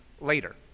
later